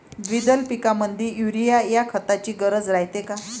द्विदल पिकामंदी युरीया या खताची गरज रायते का?